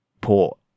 port